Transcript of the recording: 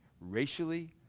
racially